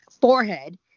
forehead